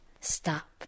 stop